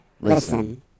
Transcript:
listen